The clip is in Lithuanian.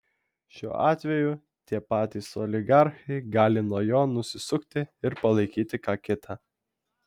šiuo atveju tie patys oligarchai gali nuo jo nusisukti ir palaikyti ką kitą